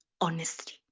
honesty